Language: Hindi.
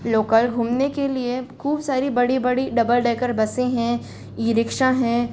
लोकल घूमने के लिए खूब सारी बड़ी बड़ी डबल डेकर बसें हैं ई रिक्शा हैं